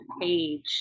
page